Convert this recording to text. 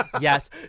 Yes